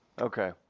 Okay